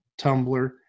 Tumblr